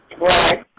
Right